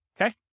okay